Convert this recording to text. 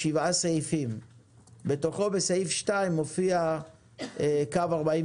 יש לומר שרכ"ל נופית מקודמת בסכום של